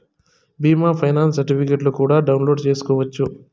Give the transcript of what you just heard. బీమా ఫైనాన్స్ సర్టిఫికెట్లు కూడా డౌన్లోడ్ చేసుకోవచ్చు